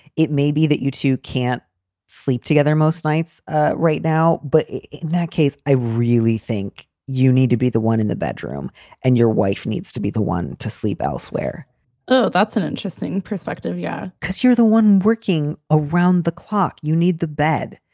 it may be that you two can't sleep together most nights ah right now. but in that case, i really think you need to be the one in the bedroom and your wife needs to be the one to sleep elsewhere oh, that's an interesting perspective yeah, cause you're the one working around the clock. you need the bed.